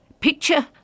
Picture